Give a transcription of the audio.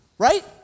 Right